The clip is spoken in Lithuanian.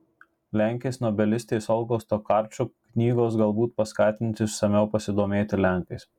lenkės nobelistės olgos tokarčuk knygos galbūt paskatins išsamiau pasidomėti lenkais